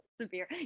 Severe